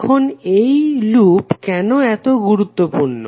এখন এই লুপ কেন এত গুরুত্বপূর্ণ